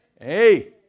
Hey